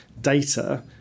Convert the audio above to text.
data